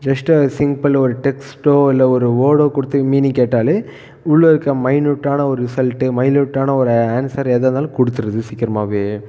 just சிங் பண்ண ஒரு டெக்ஸ்ட்டோ இல்லை ஒரு வேடோ கொடுத்து மீனிங் கேட்டாலே உள்ளேருக்க மைனுட்டான ஒரு ரிசல்ட்டு மைனுட்டான ஒரு ஆன்சர் எதாயிருந்தாலும் கொடுத்துருது சீக்கிரமாவே